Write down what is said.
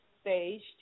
staged